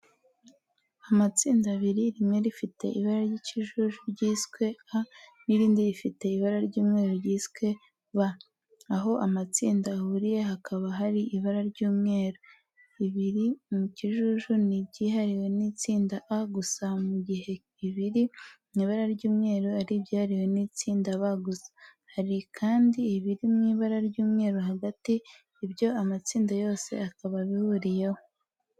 Amatsinda abiri, rimwe rifite ibara ry'ikijuju ryiswe A n'irindi rifite ibara ry'umweru ryiswe B. Aho amatsinda ahuriye hakaba hari ibara ry'umweru. Ibiri mu kijuju ni ibyihariwe n'itsinda A gusa mu gihe ibiri mu ibara ry'umweru ari ibyihariwe n'itsinda B gusa. Hari kandi ibiri mu ibara ry'umweru hagati, ibyo amatsinda yose akaba abihuriyeho.